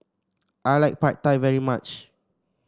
I like Pad Thai very much